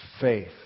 faith